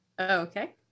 okay